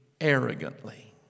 arrogantly